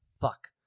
Fuck